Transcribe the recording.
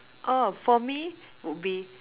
oh for me would be